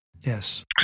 Yes